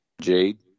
Jade